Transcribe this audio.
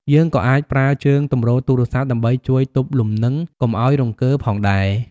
យើងក៏អាចប្រើជើងទម្រទូរស័ព្ទដើម្បីជួយទប់លំនឹងកុំឲ្យរង្គើផងដែរ។